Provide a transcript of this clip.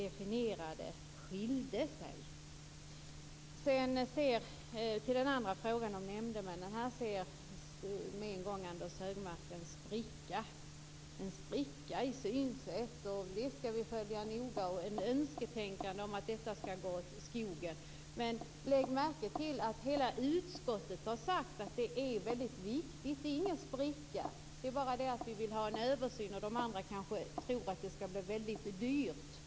Beträffande den andra frågan om nämndemännen ser Anders G Högmark genast en spricka i synsätt och säger att man skall följa den noga. Han har ett önsketänkande om att detta skall gå åt skogen. Men lägg märke till att hela utskottet har sagt att det är mycket viktigt. Det är inte någon spricka. Vi vill bara ha en översyn, och de andra kanske tror att det blir väldigt dyrt.